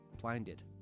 blinded